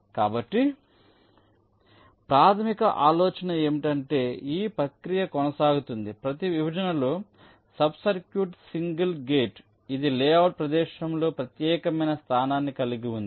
కాబట్టి ప్రాథమిక ఆలోచన ఏమిటంటే ఈ ప్రక్రియ కొనసాగుతుంది ప్రతి విభజన లో సబ్ సర్క్యూట్ సింగిల్ గేట్ ఇది లేఅవుట్ ప్రదేశంలో ప్రత్యేకమైన స్థానాన్ని కలిగి ఉంది